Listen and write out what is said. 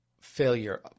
failure